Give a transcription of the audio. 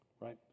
right